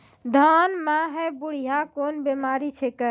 धान म है बुढ़िया कोन बिमारी छेकै?